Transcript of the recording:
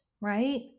Right